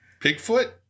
Pigfoot